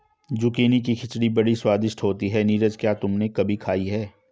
Zucchini की खिचड़ी बड़ी स्वादिष्ट होती है नीरज क्या तुमने कभी खाई है?